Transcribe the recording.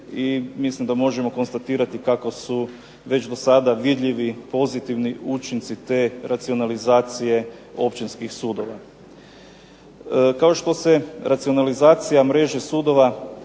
i mislim da možemo konstatirati kako su već do sada vidljivi pozitivni učinci te racionalizacije općinskih sudova. Kao što se racionalizacija mreže sudova